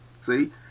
See